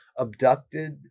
Abducted